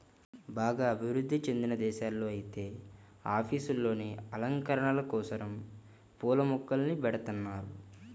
బాగా అభివృధ్ధి చెందిన దేశాల్లో ఐతే ఆఫీసుల్లోనే అలంకరణల కోసరం పూల మొక్కల్ని బెడతన్నారు